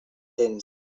tens